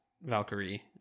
Valkyrie